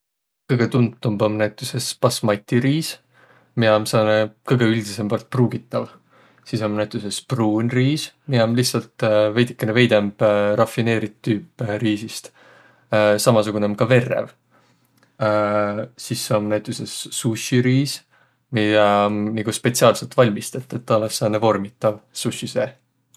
Kõgõ tuntumb om näütüses basmati riis, miä om sääne kõgõ üldisembält pruugitav. Sis om näütüses pruun riis, miä om lihtsält veidükene veidemb rafineerit tüüp riisist. Samasugunõ om ka verrev. Sis om näütüses sushi riis, miä om nigu spetsiaalsõlt valmistõt, et taa olõs sääne vormitav sushi seeh.